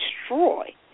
destroy